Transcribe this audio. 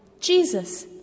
Jesus